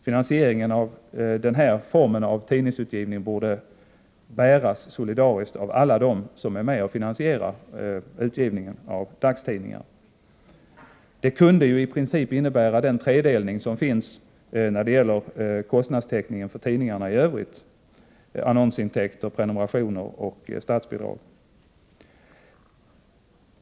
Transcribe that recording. Finansieringen av den här formen av tidningsutgivning borde bäras solidariskt av alla dem som är med och finansierar utgivningen av dagstidningar. Det kunde ju i princip innebära den tredelning som finns när det gäller kostnadstäckningen för tidningarna i övrigt: annonsintäkter, prenumerationer och statsbidrag.